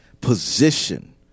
position